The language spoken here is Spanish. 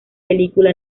película